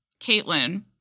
Caitlin